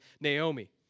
Naomi